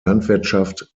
landwirtschaft